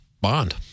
bond